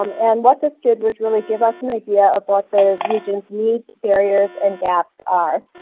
um and what this did was really give us an idea of what this region's needs, barriers, and gaps are.